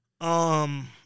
Um-